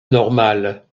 normale